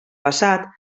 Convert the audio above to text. passat